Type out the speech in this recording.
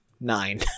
nine